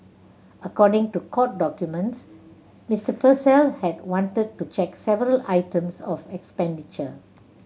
according to court documents Mister Purcell had wanted to check several items of expenditure